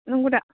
नोंगौदा